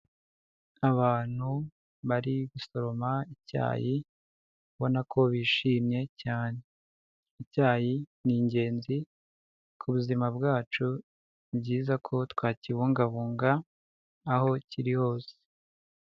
Abantu bari gusoroma icyayi ubona ko bishimye cyane, icyayi ni ingenzi ku buzima bwacu, ni byiza ko twakibungabunga aho kiri hose.